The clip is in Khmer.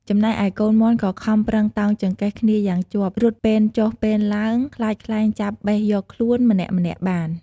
ចំណែកឯកូនមាន់ក៏ខំប្រឹងតោងចង្កេះគ្នាយ៉ាងជាប់ រត់ពេនចុះពេនឡើង ខ្លាចខ្លែងចាប់បេះយកខ្លួន ម្នាក់ៗបាន។